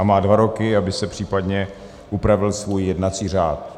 A má dva roky, aby si případně upravil svůj jednací řád.